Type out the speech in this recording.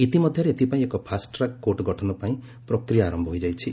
ଇତିମଧ୍ୟରେ ଏଥିପାଇଁ ଏକ ଫାଷ୍ଟ ଟ୍ରାକ୍ କୋର୍ଟ ଗଠନ ପାଇଁ ପ୍ରକ୍ରିୟା ଆରମ୍ଭ ହୋଇଯାଇଛି